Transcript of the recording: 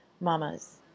Mamas